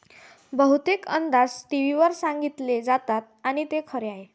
बहुतेक अंदाज टीव्हीवर सांगितले जातात आणि खरे ठरतात